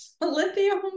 lithium